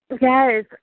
Yes